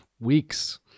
Weeks